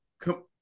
Come